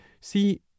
see